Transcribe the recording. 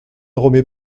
remets